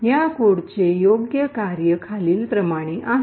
या कोडचे योग्य कार्य खालीलप्रमाणे आहे